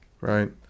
Right